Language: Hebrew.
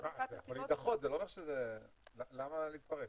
זה יכול להידחות, למה להתפרק?